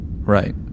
Right